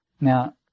Now